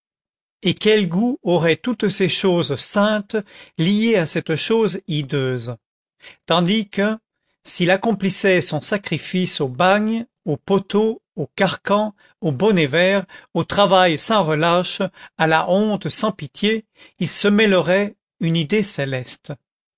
et quel goût auraient toutes ces choses saintes liées à cette chose hideuse tandis que s'il accomplissait son sacrifice au bagne au poteau au carcan au bonnet vert au travail sans relâche à la honte sans pitié il se mêlerait une idée céleste